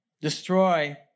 destroy